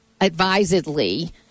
advisedly